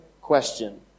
question